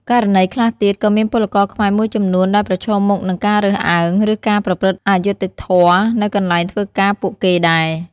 ករណីខ្លះទៀត ក៏មានពលករខ្មែរមួយចំនួនដែលប្រឈមមុខនឹងការរើសអើង ឬការប្រព្រឹត្តអយុត្តិធម៌នៅកន្លែងធ្វើការពួកគេដែរ។